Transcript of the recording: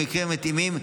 במקרים המתאימים,